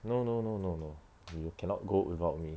no no no no no no you cannot go without me